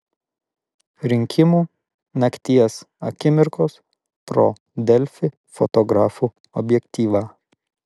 rinkimų nakties akimirkos pro delfi fotografų objektyvą